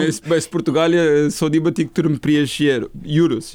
mes mes portugalijoj sodybų diktorium prieš ir jėrų julius